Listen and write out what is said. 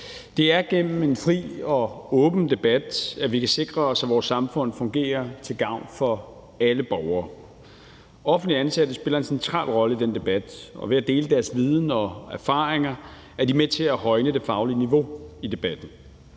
Det er gennem en fri og åben debat, at vi kan sikre os, at vores samfund fungerer til gavn for alle borgere. Offentligt ansatte spiller en central rolle i den debat, og ved at dele deres viden og erfaringer er de med til at højne det faglige niveau i debatten.